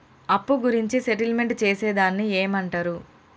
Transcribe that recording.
అప్పు గురించి సెటిల్మెంట్ చేసేదాన్ని ఏమంటరు?